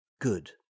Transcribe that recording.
Good